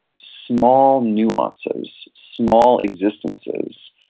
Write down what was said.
small nuances, small existences,